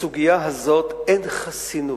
בסוגיה הזאת אין חסינות.